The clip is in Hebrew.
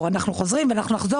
אנחנו נחזור.